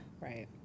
right